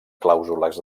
clàusules